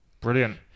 brilliant